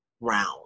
round